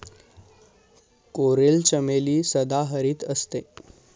coral चमेली सदाहरित असते